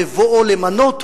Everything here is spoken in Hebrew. בבואו למנות,